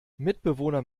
mitbewohner